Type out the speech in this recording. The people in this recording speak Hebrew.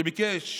שביקש